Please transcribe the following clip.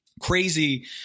crazy